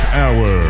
hour